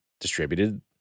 distributed